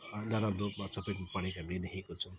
नराम्रो चपेटमा परेको हामीले देखेको छौँ